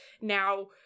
now